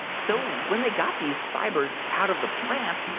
so when they got these fibers out of the plant,